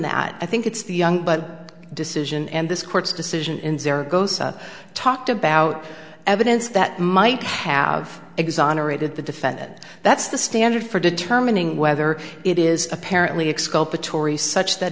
that i think it's the young but decision and this court's decision in talked about evidence that might have exonerated the defendant that's the standard for determining whether it is apparently